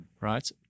right